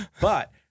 But-